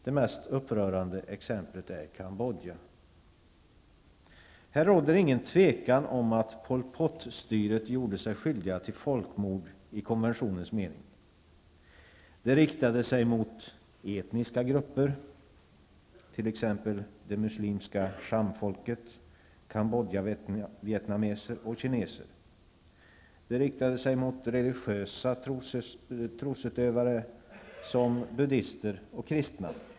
Det mest upprörande exemplet är Cambodja. Här råder det inget tvivel om att Pol Pot-styret gjorde sig skyldigt till folkmord i konventionens mening. Brotten begicks mot etniska grupper, t.ex. det muslimska chamfolket, cambodjavietnameser och kineser. Våldet riktade sig även mot religiösa trosutövare såsom buddister och kristna.